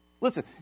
Listen